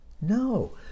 No